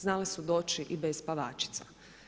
Znale su doći i bez spavačica.